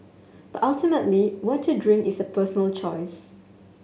but ultimately what to drink is a personal choice